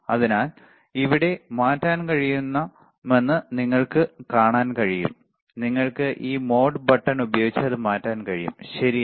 അതിനാൽ അവിടെ മാറ്റാൻ കഴിയുമെന്ന് നിങ്ങൾക്ക് കാണാൻ കഴിയും നിങ്ങൾക്ക് ഈ മോഡ് ബട്ടൺ ഉപയോഗിച്ച് അത് മാറ്റാൻ കഴിയും ശരിയാണ്